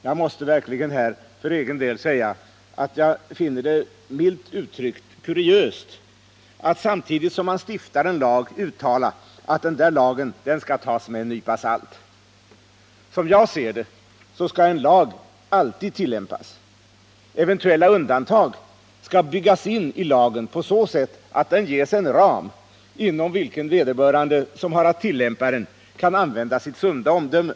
Jag måste verkligen för egen del säga att jag finner det milt uttryckt kuriöst att samtidigt som man stiftar en lag uttala att lagen skall tas med en nypa salt. Som jag ser det skall en lag alltid tillämpas. Eventue!la undantag skall byggas in i lagen på så sätt att det ges en ram inom vilken vederbörande som har att tillämpa den kan använda sitt sunda omdöme.